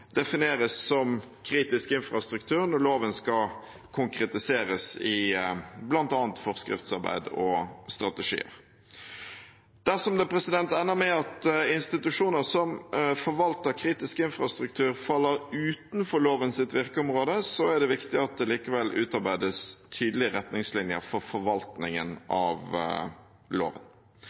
defineres som kritisk infrastruktur når loven skal konkretiseres i bl.a. forskriftsarbeid og strategier. Dersom det ender med at institusjoner som forvalter kritisk infrastruktur, faller utenfor lovens virkeområde, er det viktig at det likevel utarbeides tydelige retningslinjer for forvaltningen av loven.